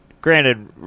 granted